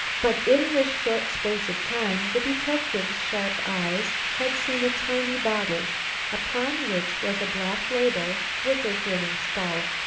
but in this short space of time the detective's sharp eyes had seen a tiny bottle upon which was a black label with a grinning skull.